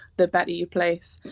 the better your place.